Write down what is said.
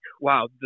wow